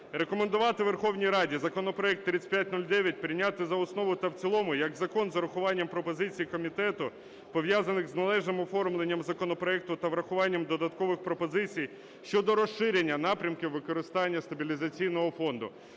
рекомендувати Верховній Раді законопроект 3509 прийняти за основу та в цілому як закон з урахуванням пропозицій комітету, пов'язаних з належним оформленням законопроекту та врахуванням додаткових пропозицій щодо розширення напрямків використання стабілізаційного фонду,